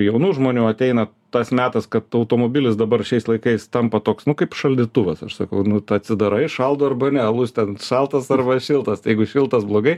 jaunų žmonių ateina tas metas kad automobilis dabar šiais laikais tampa toks nu kaip šaldytuvas aš sakau nu ta atsidarai šaldo arba ne alus ten šaltas arba šiltas tai jeigu šiltas blogai